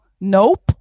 nope